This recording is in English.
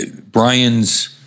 Brian's